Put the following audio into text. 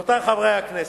רבותי חברי הכנסת,